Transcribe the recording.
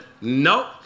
nope